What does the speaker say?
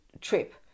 trip